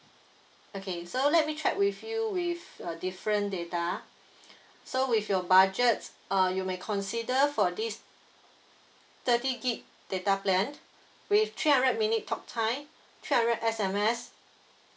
okay so let me check with you with uh different data so with your budget uh you may consider for this thirty gb data plan with three hundred minute talk time three hundred sms